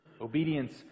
Obedience